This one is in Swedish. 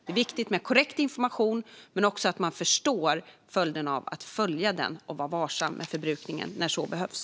Det är viktigt med korrekt information, men det är också viktigt att man förstår följderna av att följa den och vara varsam med förbrukningen när så behövs.